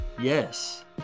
Yes